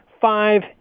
five